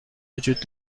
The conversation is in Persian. وجود